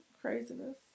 Craziness